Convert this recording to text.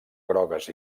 grogues